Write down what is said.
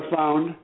found